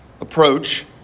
approach